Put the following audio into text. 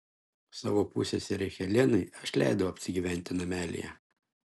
savo pusseserei helenai aš leidau apsigyventi namelyje